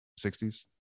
60s